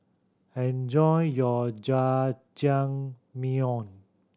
enjoy your Jajangmyeon